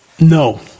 No